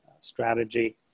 strategy